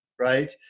right